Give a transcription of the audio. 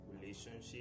relationship